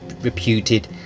Reputed